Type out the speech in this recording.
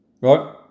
right